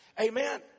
Amen